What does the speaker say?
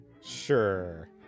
Sure